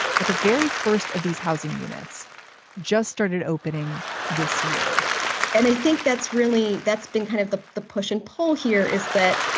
but the very first of these housing units just started opening this year and i think that's really that's been kind of the the push and pull here is that,